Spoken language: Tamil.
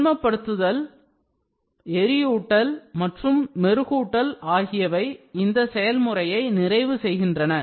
திண்மப்படுத்துதல் எரியூட்டல் மற்றும் மெருகூட்டல் ஆகியவை இந்த செயல்முறையை நிறைவு செய்கின்றன